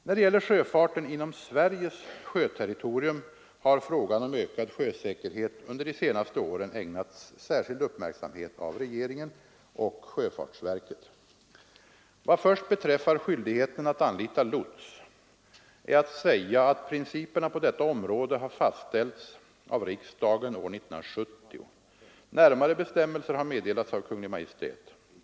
När det gäller sjöfarten inom Sveriges sjöterritorium har frågan om ökad sjösäkerhet under de senaste åren ägnats särskild uppmärksamhet av regeringen och sjöfartsverket. Vad först beträffar skyldigheten att anlita lots är att säga att principerna på detta område har fastställts av riksdagen år 1970. Närmare bestämmelser har meddelats av Kungl. Maj:t.